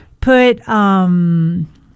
Put